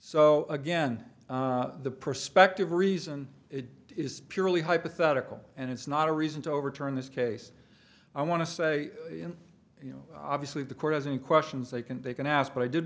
so again the perspective reason it is purely hypothetical and it's not a reason to overturn this case i want to say you know obviously the court hasn't questions they can they can ask but i did